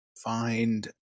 find